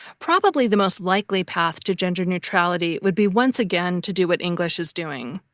probably the most likely path to gender neutrality would be once again, to do what english is doing.